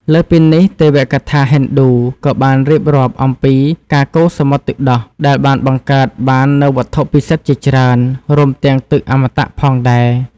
លើសពីនេះ ទេវកថាហិណ្ឌូក៏បានរៀបរាប់អំពីការកូរសមុទ្រទឹកដោះដែលបានបង្កើតបាននូវវត្ថុពិសិដ្ឋជាច្រើន រួមទាំងទឹកអមតៈផងដែរ។